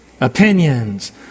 opinions